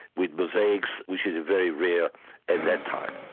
with mosaics which was very rare at that time.